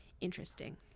interesting